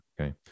Okay